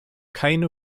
keine